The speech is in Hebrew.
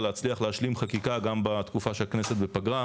להצליח להשלים חקיקה גם בתקופה שהכנסת בפגרה.